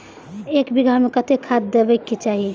एक बिघा में कतेक खाघ देबाक चाही?